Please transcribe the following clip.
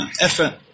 effort